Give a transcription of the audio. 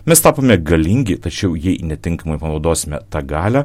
mes tapome galingi tačiau jei netinkamai panaudosime tą galią